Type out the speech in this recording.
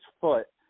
foot